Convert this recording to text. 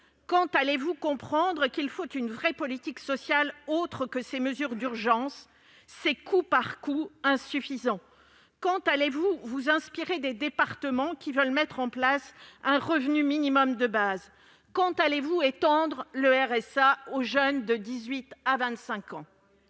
Quand allez-vous comprendre qu'il faut une vraie politique sociale, autre que ces mesures d'urgence décidées au coup par coup et insuffisantes ? Quand allez-vous vous inspirer des départements, qui veulent mettre en place un revenu minimum de base ? Quand allez-vous étendre le RSA aux jeunes de 18 à 25 ans ?